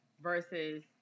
versus